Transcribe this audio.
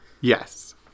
yes